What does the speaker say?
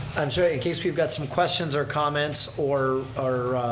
i'm sorry, in case we've got some questions or comments or or